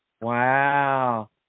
Wow